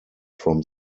from